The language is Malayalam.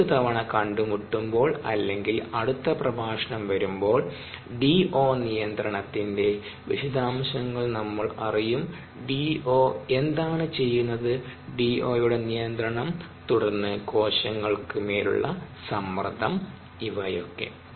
അടുത്ത തവണ കണ്ടുമുട്ടുമ്പോൾ അല്ലെങ്കിൽ അടുത്ത പ്രഭാഷണം വരുമ്പോൾ DO നിയന്ത്രണത്തിന്റെ വിശദാംശങ്ങൾ നമ്മൾ അറിയും DO എന്താണ് ചെയ്യുന്നത് DO യുടെ നിയന്ത്രണം തുടർന്ന് കോശങ്ങൾക്കു മേലുള്ള സമ്മർദ്ദം ഇവയൊക്കെ